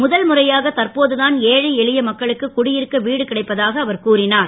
முதல்முறையாக தற்போதுதான் ஏழை எளிய மக்களுக்கு குடி ருக்க வீடு கிடைப்பதாக அவர் கூறினார்